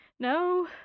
No